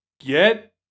get